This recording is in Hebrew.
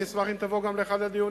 אני אשמח אם גם תבוא לאחד הדיונים,